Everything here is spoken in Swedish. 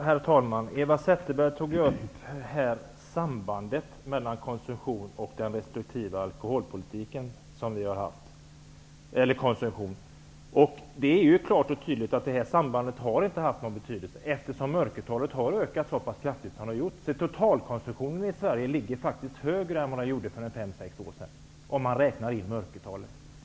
Herr talman! Eva Zetterberg tog upp sambandet mellan alkoholkonsumtion och den restriktiva alkoholpolitik som vi har haft. Det är klart och tydligt att det sambandet inte har någon betydelse, eftersom mörkertalen har ökat så kraftigt. Totalkonsumtionen i Sverige ligger faktiskt högre nu än för fem sex år sedan, om man räknar in mörkertalen.